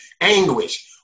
anguish